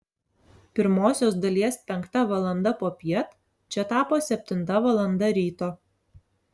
pirmosios dalies penkta valanda popiet čia tapo septinta valanda ryto